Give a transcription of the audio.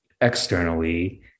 externally